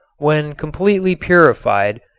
when completely purified,